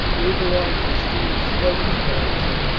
we belong to the school of scopus, beric said.